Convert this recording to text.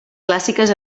clàssiques